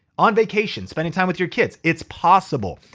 on vacation, spending time with your kids. it's possible,